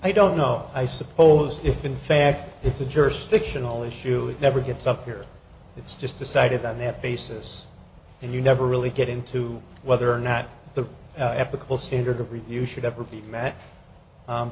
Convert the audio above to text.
i don't know i suppose if in fact it's a jurisdictional issue it never gets up here it's just decided on that basis and you never really get into whether or not the ethical standard of review should ever be met